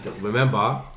remember